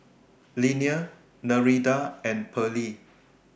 Linnea Nereida and Pearle